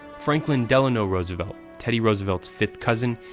franklin delano roosevelt, teddy roosevelt's fifth cousin,